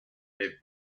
live